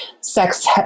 sex